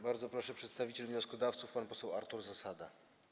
Bardzo proszę, przedstawiciel wnioskodawców pan poseł Artur Zasada.